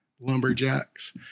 lumberjacks